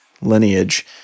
lineage